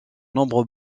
nombre